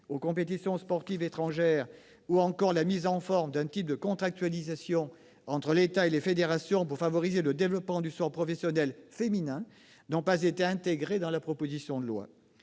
aux compétitions sportives étrangères ou encore la mise en forme d'un type de contractualisation entre l'État et les fédérations pour favoriser le développement du sport professionnel féminin, n'ont pas été intégrées dans la proposition de loi.